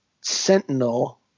Sentinel